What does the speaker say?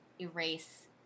erase